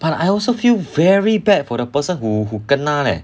but I also feel very bad for the person who who kena leh